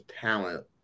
talent